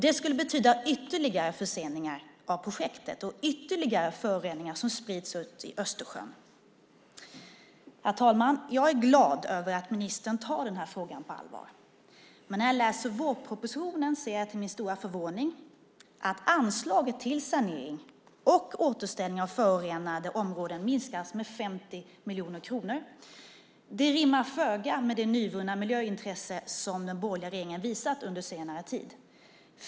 Det skulle betyda ytterligare förseningar av projektet och ytterligare föroreningar som sprids ut i Östersjön. Herr talman! Jag är glad över att ministern tar den här frågan på allvar, men när jag läser vårpropositionen ser jag till min förvåning att anslaget till sanering och återställning av förorenade områden minskas med 50 miljoner kronor. Det rimmar föga med det nyvunna miljöintresse som den borgerliga regeringen visat under senare tid.